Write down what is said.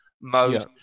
mode